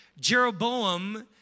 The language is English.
Jeroboam